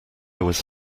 was